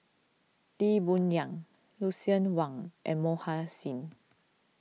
Lee Boon Yang Lucien Wang and Mohan Singh